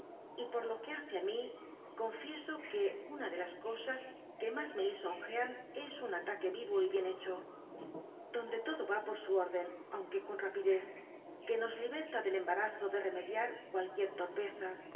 y por lo que hace á mi confieso que una de las cosas que mas me lisonjean es un ataque vivo y bien hecho donde todo va por su orden aunque con rapidez que nos liberta del embarazo de remediar qualquier torpeza